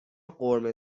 قرمه